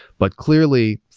but, clearly,